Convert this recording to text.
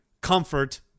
comfort